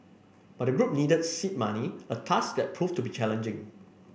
but the group needed seed money a task that proved to be challenging